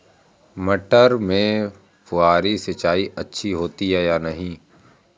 मटर में फुहरी सिंचाई अच्छी होती है या नहीं?